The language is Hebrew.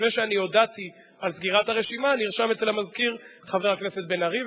לפני שאני הודעתי על סגירת הרשימה נרשם אצל המזכיר חבר הכנסת בן-ארי,